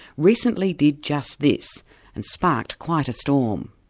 recently did just this and sparked quite a storm.